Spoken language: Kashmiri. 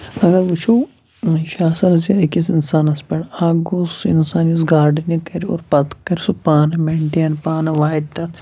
اگر وٕچھو یہِ چھُ آسان زِ أکِس اِنسانَس پٮ۪ٹھ اَکھ گوٚو سُہ اِنسان یُس گاڈنِنٛگ کَرِ اور پَتہٕ کَرِ سُہ پانہٕ مٮ۪نٹین پانہٕ واتہِ تَتھ